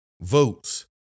votes